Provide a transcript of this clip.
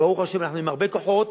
וברוך השם, אנחנו עם הרבה כוחות,